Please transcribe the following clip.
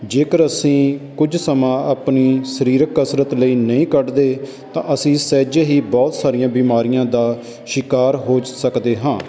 ਜੇਕਰ ਅਸੀਂ ਕੁਝ ਸਮਾਂ ਆਪਣੀ ਸਰੀਰਿਕ ਕਸਰਤ ਲਈ ਨਹੀਂ ਕੱਢਦੇ ਤਾਂ ਅਸੀਂ ਸਹਿਜੇ ਹੀ ਬਹੁਤ ਸਾਰੀਆਂ ਬਿਮਾਰੀਆਂ ਦਾ ਸ਼ਿਕਾਰ ਹੋ ਚ ਸਕਦੇ ਹਾਂ